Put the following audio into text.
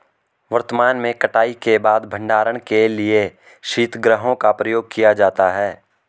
वर्तमान में कटाई के बाद भंडारण के लिए शीतगृहों का प्रयोग किया जाता है